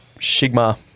sigma